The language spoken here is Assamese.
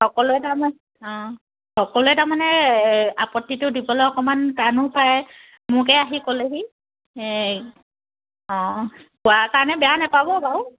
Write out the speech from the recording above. সকলোৱে তাৰমানে অঁ সকলোৱে তাৰমানে আপত্তিটো দিবলে অকমান টানো পায় মোকে আহি ক'লেহি এই অঁ কোৱাৰ কাৰণে বেয়া নেপাব বাৰু